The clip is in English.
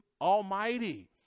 almighty